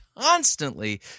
constantly